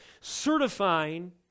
certifying